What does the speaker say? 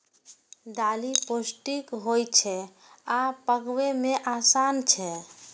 दालि पौष्टिक होइ छै आ पकबै मे आसान छै